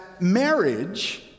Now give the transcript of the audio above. marriage